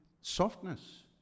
softness